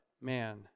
man